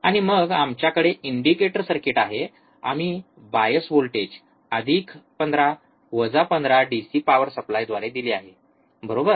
आणि मग आमच्याकडे इंडिकेटर सर्किट आहे आम्ही बायस व्होल्टेज अधिक 15 वजा 15 डीसी पॉवर सप्लायद्वारे दिले आहे बरोबर